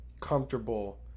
comfortable